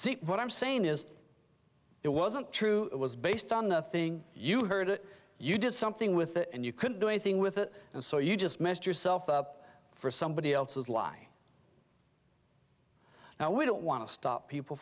see what i'm saying is it wasn't true it was based on nothing you heard it you did something with it and you couldn't do anything with it and so you just messed yourself up for somebody else's lie now we don't want to stop people